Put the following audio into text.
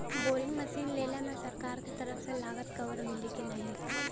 Boring machine लेला मे सरकार के तरफ से लागत कवर मिली की नाही?